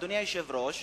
אדוני היושב-ראש,